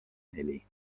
neli